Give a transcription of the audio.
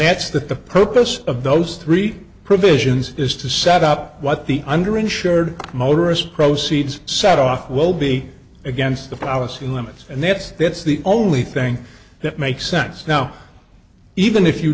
that's the purpose of those three provisions is to set up what the under insured motorist proceeds setoff will be against the policy limits and that's that's the only thing that makes sense now even if you